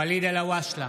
אלהואשלה,